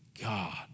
God